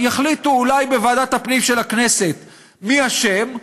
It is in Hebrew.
יחליטו אולי בוועדת הפנים של הכנסת מי אשם,